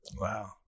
Wow